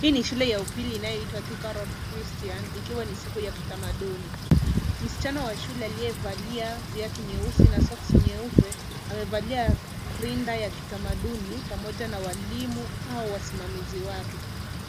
Hii ni shule ya upili inayoitwa Thika Road Christian ikiwa ni siku ya kitamaduni. Msichana wa shule aliyevalia viatu nyeusi na soksi nyeupe amevalia rinda ya kitamaduni pamoja na walimu au wasimamizi wake.